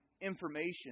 information